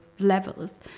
levels